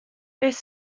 beth